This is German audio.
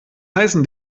heißen